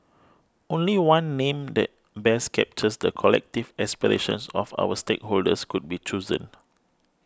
only one name that best captures the collective aspirations of our stakeholders could be chosen